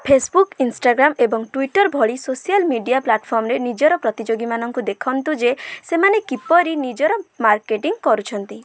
Facebook Instagram ଏବଂ Twitter ଭଳି social media ପ୍ଲାଟଫର୍ମରେ ନିଜର ପ୍ରତିଯୋଗୀମାନଙ୍କୁ ଦେଖନ୍ତୁ ଯେ ସେମାନେ କିପରି ନିଜର ମାର୍କେଟିଂ କରୁଛନ୍ତି